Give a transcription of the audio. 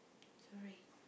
sorry